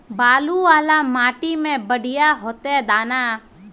बालू वाला माटी में बढ़िया होते दाना?